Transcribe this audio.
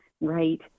Right